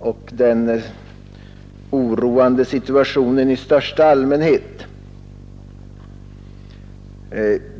och den oroande situationen på arbetsmarknaden.